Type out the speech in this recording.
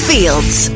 Fields